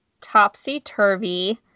Topsy-turvy